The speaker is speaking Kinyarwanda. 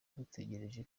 dutegereje